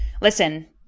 listen